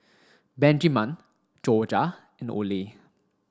Benjiman Jorja and Oley